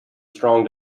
strong